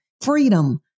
Freedom